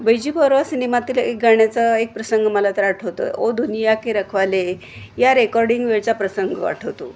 बैजूबावरा सिनेमातील एक गाण्याचा एक प्रसंग मला तर आठवतं ओ दुनिया के रखवाले या रेकॉर्डिंग वेळचा प्रसंग आठवतो